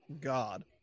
god